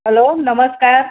હાલો નમસ્કાર